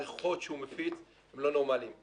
הריחות שהוא מפיץ הם לא נורמליים.